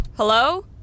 Hello